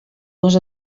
dos